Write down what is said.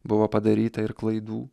buvo padaryta ir klaidų